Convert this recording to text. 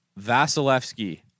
Vasilevsky